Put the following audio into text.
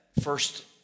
first